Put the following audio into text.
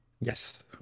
Yes